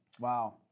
wow